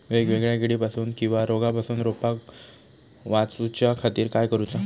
वेगवेगल्या किडीपासून किवा रोगापासून रोपाक वाचउच्या खातीर काय करूचा?